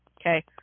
Okay